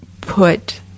put